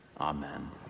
Amen